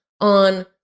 on